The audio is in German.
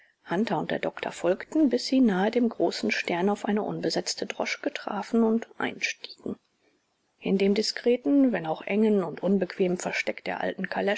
hunter und der doktor folgten bis sie nahe dem großen stern auf eine unbesetzte droschke trafen und einstiegen in dem diskreten wenn auch engen und unbequemen versteck der alten